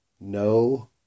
No